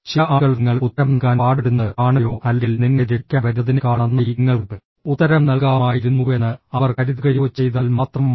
ചില ആളുകൾ നിങ്ങൾ ഉത്തരം നൽകാൻ പാടുപെടുന്നത് കാണുകയോ അല്ലെങ്കിൽ നിങ്ങളെ രക്ഷിക്കാൻ വരുന്നതിനേക്കാൾ നന്നായി നിങ്ങൾക്ക് ഉത്തരം നൽകാമായിരുന്നുവെന്ന് അവർ കരുതുകയോ ചെയ്താൽ മാത്രം മതി